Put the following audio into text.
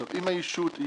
הישות.